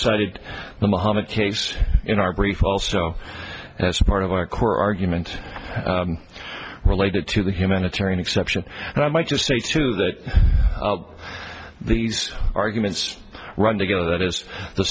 cited the mohammed case in our brief also as a part of our core argument related to the humanitarian exception and i might just say too that these arguments run together that is the